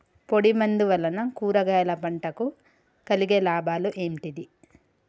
పొడిమందు వలన కూరగాయల పంటకు కలిగే లాభాలు ఏంటిది?